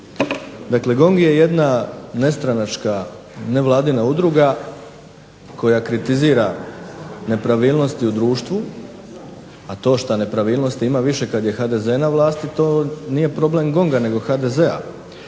Dakle GONG je jedna nestranačka, nevladina udruga, koja kritizira nepravilnosti u društvu, a to šta nepravilnosti ima više kad je HDZ na vlasti to nije problem GONG-a nego HDZ-a.